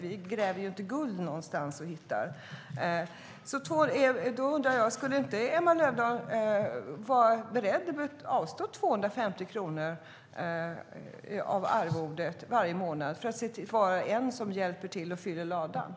Vi gräver ju inte guld någonstans.